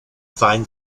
find